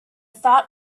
thought